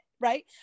Right